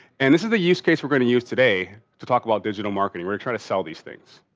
and this is the use case we're going to use today to talk about digital marketing. we're trying to sell these things.